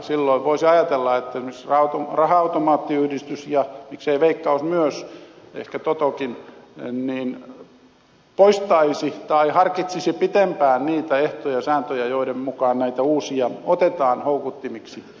silloin voisi ajatella että esimerkiksi raha automaattiyhdistys ja miksei veikkaus myös ehkä totokin poistaisivat niitä tai harkitsisivat pitempään niitä ehtoja ja sääntöjä joiden mukaan näitä uusia otetaan houkuttimiksi